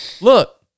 look